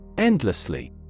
Endlessly